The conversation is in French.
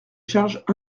charge